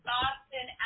Boston